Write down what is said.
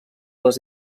les